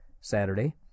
Saturday